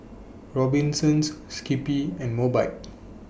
Robinsons Skippy and Mobike